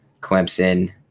Clemson